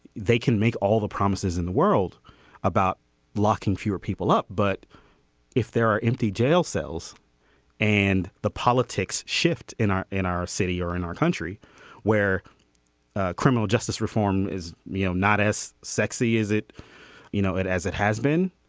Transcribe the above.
they can make all the promises in the world about locking fewer people up. but if there are empty jail cells and the politics shift in our in our city or in our country where criminal justice reform is you know not as sexy as it you know it as it has been.